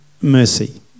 mercy